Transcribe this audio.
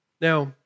Now